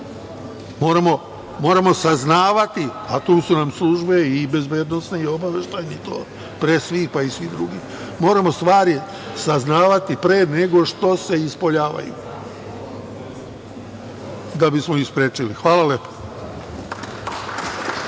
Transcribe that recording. Moramo saznavati, a tu su nam službe i bezbednosne i obaveštajne pre svih, pa i svih drugih. Moramo stvari saznavati pre nego što se i ispoljavaju, da bismo ih sprečili. Hvala lepo.